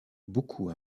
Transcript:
beaucoup